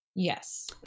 Yes